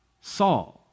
Saul